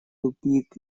тупик